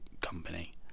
company